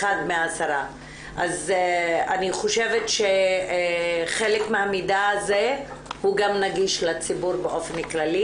אני חושבת שחלק מהמידע הזה הוא גם נגיש לציבור באופן כללי